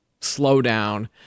slowdown